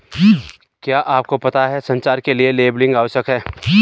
क्या आपको पता है संचार के लिए लेबलिंग आवश्यक है?